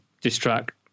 distract